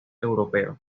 europeo